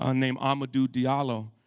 ah named amadou diallo.